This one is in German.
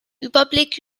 überblick